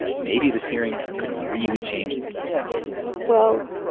maybe this hearing could really change things well,